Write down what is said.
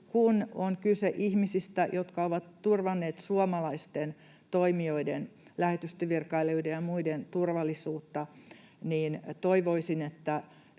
kun on kyse ihmisistä, jotka ovat turvanneet suomalaisten toimijoiden, lähetystövirkailijoiden ja muiden turvallisuutta, toivoisin, että